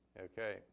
Okay